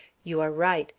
you are right.